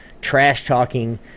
trash-talking